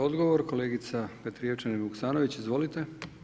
Odgovor, kolegica Petrijevčanin Vuksanović, izvolite.